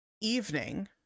evening